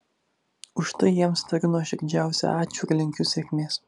už tai jiems tariu nuoširdžiausią ačiū ir linkiu sėkmės